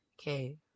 Okay